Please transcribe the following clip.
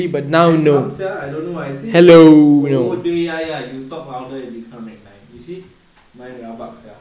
I had some sia I don't know I think it's the whole day oh ya ya you talk louder it become red line you see mine rabak sia